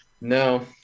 no